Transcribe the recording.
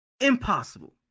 Impossible